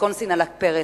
ויסקונסין על הפרק.